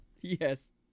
Yes